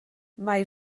mae